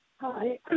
Hi